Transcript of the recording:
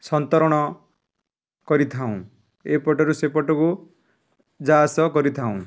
ସନ୍ତରଣ କରିଥାଉଁ ଏପଟରୁ ସେପଟକୁ ଯା ଆସ କରିଥାଉଁ